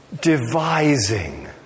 devising